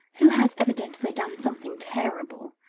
who has evidently done something terrible,